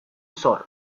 zor